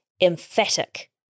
emphatic